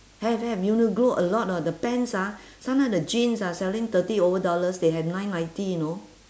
have have uniqlo a lot ah the pants ah sometimes the jeans ah selling thirty over dollars they have nine ninety you know